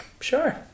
sure